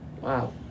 Wow